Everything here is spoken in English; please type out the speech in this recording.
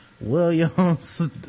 Williams